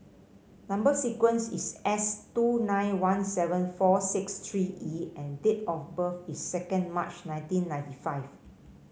number sequence is S two nine one seven four six three E and date of birth is second March nineteen ninety five